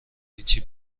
هیچی